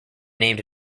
named